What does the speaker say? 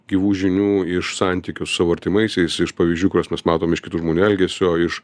gyvų žinių iš santykių su savo artimaisiais iš pavyzdžių kuriuos mes matom iš kitų žmonių elgesio iš